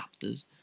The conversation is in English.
adapters